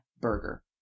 burger